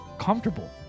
comfortable